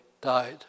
died